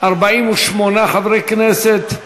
48 חברי כנסת,